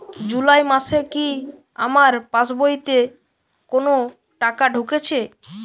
জুলাই মাসে কি আমার পাসবইতে কোনো টাকা ঢুকেছে?